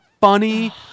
funny